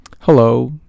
Hello